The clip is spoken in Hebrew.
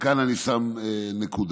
וכאן אני שם נקודה.